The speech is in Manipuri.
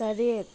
ꯇꯔꯦꯠ